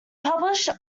published